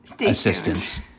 assistance